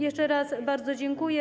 Jeszcze raz bardzo dziękuję.